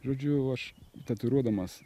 žodžiu aš tatuiruodamas